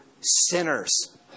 sinners